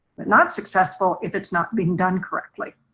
but not successful if it's not being done correctly.